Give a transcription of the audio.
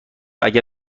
اگر